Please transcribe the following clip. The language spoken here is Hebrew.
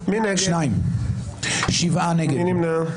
מי נמנע?